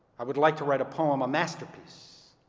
i would like to write a poem, a masterpiece,